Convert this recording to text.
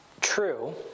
true